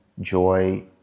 joy